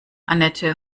annette